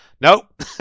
Nope